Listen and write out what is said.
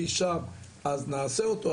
אי שם אז נעשה אותו,